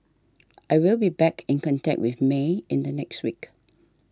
I will be back in contact with May in the next week